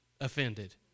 offended